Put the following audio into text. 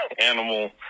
animal